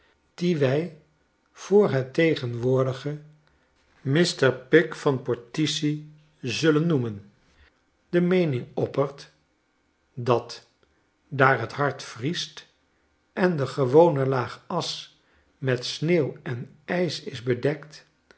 dien wij voor het tegenwoordige mr picke van portici zullen noemen de meening oppert dat daar het hard vriest en de gewone laag asch met sneeuw en ijs is bedekt